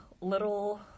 little